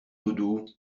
doudou